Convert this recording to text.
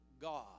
God